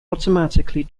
automatically